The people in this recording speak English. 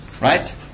Right